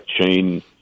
chain